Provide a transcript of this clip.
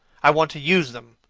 i want to use them,